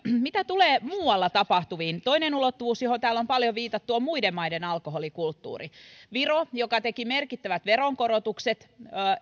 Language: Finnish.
mitä tulee muualla tapahtuviin toinen ulottuvuus johon täällä on paljon viitattu on muiden maiden alkoholikulttuuri viro joka teki merkittävät veronkorotukset